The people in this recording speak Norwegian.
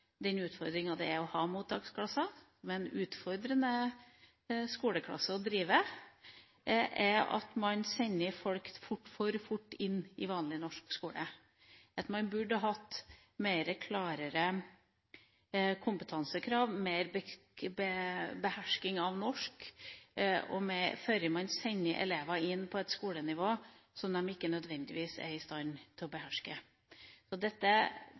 den utfordringa det er å ha mottaksklasser, som er en utfordrende skoleklasse å drive, er at man sender folk for fort inn i vanlig norsk skole. Man burde hatt klarere kompetansekrav, bedre behersking av norsk før man sender elever inn på et skolenivå som de ikke nødvendigvis er i stand til å beherske. Dette